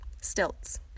Stilts